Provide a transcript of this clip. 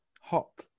hop